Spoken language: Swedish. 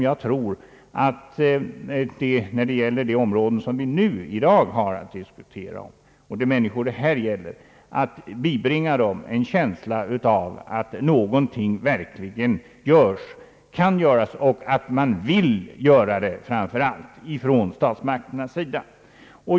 Jag tror att det inom de områden, som vi nu i dag diskuterar, gäller att bibringa människorna en känsla av att någonting verkligen kan göras och att man vill göra det, framför allt även från statsmakternas sida.